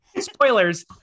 Spoilers